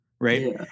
right